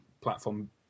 platform